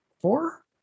Four